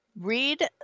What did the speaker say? Read